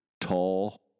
tall